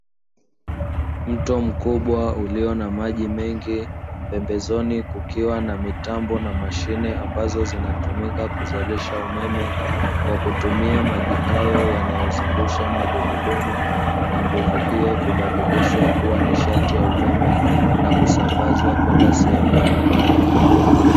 Mto mkubwa ulio na maji mengi pembezoni kukiwa na mitambo na mashine ambazo zinatumika kuzalisha umeme kwa kutumia maji hayo yanayozungusha magurudumu, na nguvu hiyo kubadilishwa kuwa nishati ya umeme na kusambazwa kwenda sehemu mbalimbali.